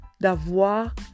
d'avoir